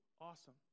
awesome